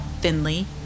Finley